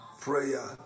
prayer